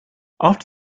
after